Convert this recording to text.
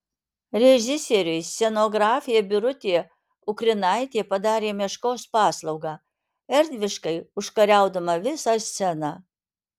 režisieriui scenografė birutė ukrinaitė padarė meškos paslaugą erdviškai užkariaudama visą sceną